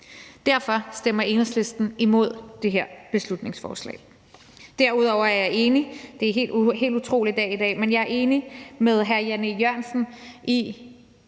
Derfor stemmer Enhedslisten imod det her beslutningsforslag. Derudover er jeg – det er en helt